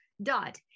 dot